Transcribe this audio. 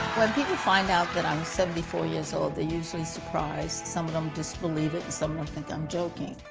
when people find out that i'm seventy four years old they're usually surprised. some of them disbelieve it and some of them think i'm joking.